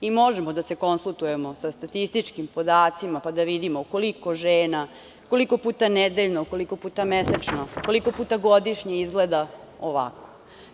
Možemo da se konsultujemo sa statističkim podacima da vidimo koliko žena koliko puta nedeljno, koliko puta mesečno, koliko puta godišnje izgleda ovako.